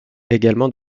également